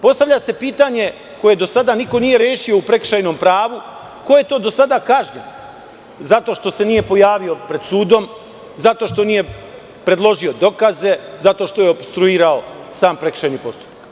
Postavlja se pitanje koje do sada niko nije rešio u prekršajnom pravu, ko je to do sada kažnjen zato što se nije pojavio pred sudom, zato što nije predložio dokaze, zato što je opstruirao sam prekršajni postupak?